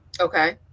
Okay